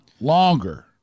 longer